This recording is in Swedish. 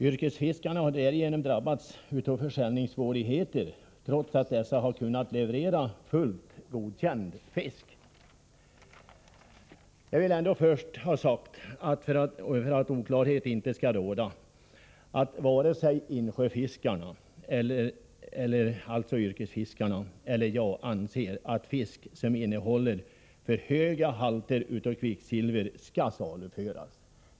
Yrkesfiskarna har därigenom drabbats av försäljningssvårigheter, trots att de har kunnat leverera fullt godkänd fisk. Jag vill först ha sagt, för att oklarhet inte skall råda, att varken insjöfiskarna, dvs. yrkesfiskarna, eller jag anser att fisk som innehåller för höga halter av kvicksilver skall saluföras.